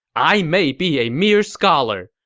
i may be a mere scholar,